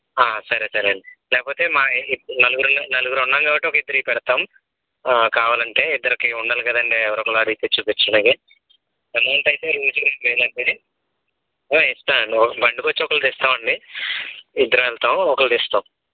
సరే సరే అండి లేకపోతే మా నలుగురు నలుగురున్నాము కాబట్టి ఒక ఇద్దరివి పెడతాము కావాలంటే ఇద్దరికి ఉండాలి కదండి ఎవరో ఒకరు అడిగితే చూపించడానికి అమౌంట్ అయితే రోజుకి రెండు వేలండి ఇస్తానండి బండికొచ్చి ఒకరిది ఇస్తామండి ఇద్దరం వెళ్తాము ఒకరిది ఇస్తాము